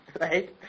right